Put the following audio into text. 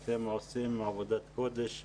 אתם עושים עבודת קודש באמת.